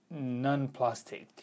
non-plastic